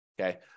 okay